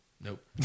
Nope